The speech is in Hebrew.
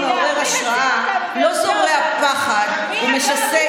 מנהיג מעורר השראה לא זורע פחד ומשסה